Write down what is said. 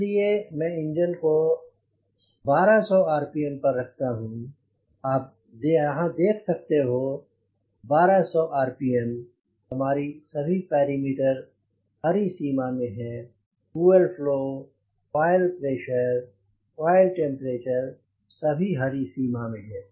इसलिए मैं इंजन को 1200 आरपीएम पर रखता हूँ आप यहाँ देख सकते हो 1200 आरपीएम हमारी सभी पैरामीटर हरी सीमा में है fuel flow oil pressure oil temperature सभी हरी सीमा में हैं